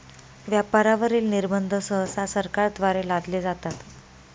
व्यापारावरील निर्बंध सहसा सरकारद्वारे लादले जातात